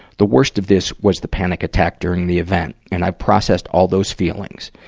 the worst of this was the panic attack during the event, and i processed all those feelings.